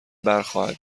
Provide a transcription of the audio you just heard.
برخواهد